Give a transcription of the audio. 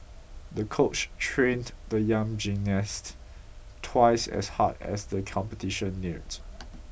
the coach trained the young gymnast twice as hard as the competition neared